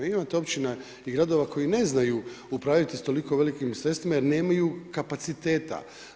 Vi imate općina i gradova koje ne znaju upravljati s toliko velikim sredstvima jer nemaju kapaciteta.